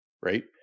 right